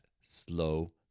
slow